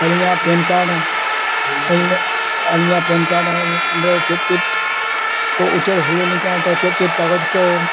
ᱟᱹᱞᱤᱧᱟᱜ PAN card ᱟᱹᱞᱤᱧᱟᱜ PAN card ᱨᱮ ᱪᱮᱫ ᱪᱮᱫ ᱠᱚ ᱩᱪᱟᱹᱲ ᱦᱩᱭ ᱟᱹᱞᱤᱧ ᱠᱟᱱᱟ ᱛᱚ ᱪᱮᱫ ᱪᱮᱫ ᱠᱟᱜᱚᱡᱽ ᱠᱚ